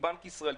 כבנק ישראל,